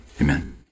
Amen